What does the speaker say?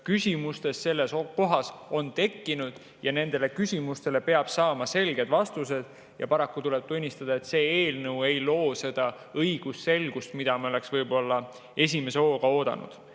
küsimustes, ja nendele küsimustele peab saama selged vastused. Paraku tuleb tunnistada, et eelnõu ei loo seda õigusselgust, mida me oleksime võib-olla esimese hooga oodanud.